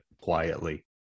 quietly